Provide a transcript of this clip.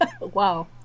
Wow